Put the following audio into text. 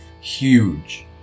huge